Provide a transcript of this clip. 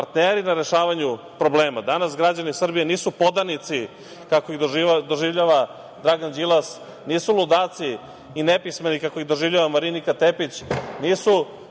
partneri na rešavanju problema. Danas građani Srbije nisu podanici kako ih doživljava Dragan Đilas, nisu ludaci i nepismeni kako ih doživljava Marinika Tepić. Nisu